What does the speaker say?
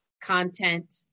content